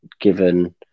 given